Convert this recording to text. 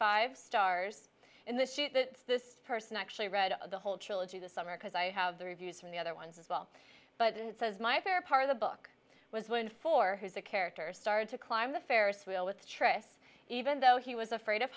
five stars in the shoot that this person actually read the whole trilogy this summer because i have the reviews from the other ones as well but it says my fair part of the book was when for who's a character started to climb the ferris wheel with triss even though he was afraid of